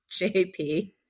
JP